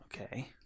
Okay